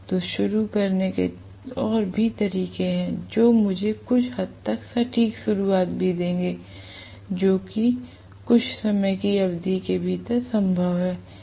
तो शुरू करने के और भी तरीके हैं जो मुझे कुछ हद तक सटीक शुरुआत भी देंगे जो कि कुछ समय की अवधि के भीतर संभव है